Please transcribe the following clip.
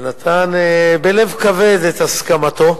שנתן בלב כבד את הסכמתו,